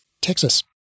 Texas